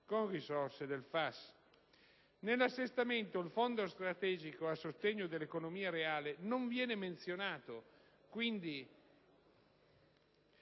con risorse del FAS. Nell'assestamento il Fondo strategico a sostegno dell'economia reale non viene menzionato. Quindi,